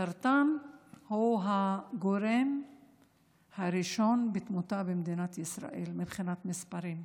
סרטן הוא הגורם הראשון בתמותה במדינת ישראל מבחינת מספרים,